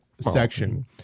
section